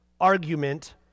argument